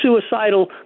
suicidal